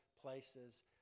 places